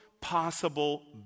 possible